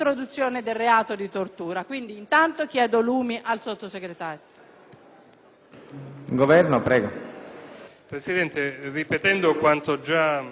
Presidente, ripetendo quanto già riferito in precedenza, la posizione del Governo è la seguente.